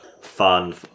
fun